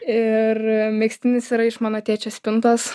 ir megztinis yra iš mano tėčio spintos